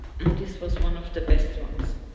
and this was one of the best ones.